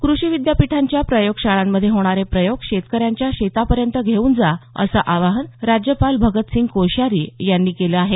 कृषी विद्यापीठांच्या प्रयोगशाळांमध्ये होणारे प्रयोग शेतकऱ्यांच्या शेतापर्यंत घेऊन जा असं आवाहन राज्यपाल भगतसिंह कोश्यारी यांनी केलं आहे